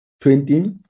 twenty